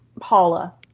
Paula